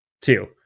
two